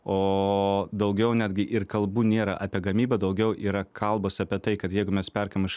o daugiau netgi ir kalbų nėra apie gamybą daugiau yra kalbos apie tai kad jeigu mes perkam iš